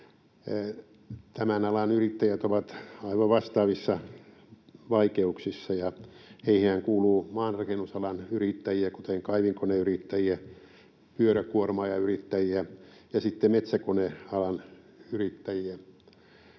Tämän alan yrittäjät ovat aivan vastaavissa vaikeuksissa, ja heihinhän kuuluu maanrakennusalan yrittäjiä, kuten kaivinkoneyrittäjiä, pyöräkuormaajayrittäjiä ja sitten metsäkonealan yrittäjiä.